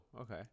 Okay